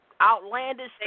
outlandish